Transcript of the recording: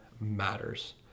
matters